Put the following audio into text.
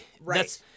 Right